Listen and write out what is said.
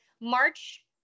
March